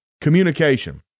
communication